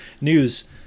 News